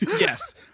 yes